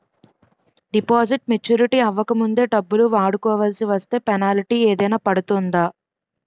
Deposit maturity అవ్వక ముందే డబ్బులు వాడుకొవాల్సి వస్తే పెనాల్టీ ఏదైనా పడుతుందా?